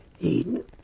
Eden